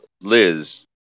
Liz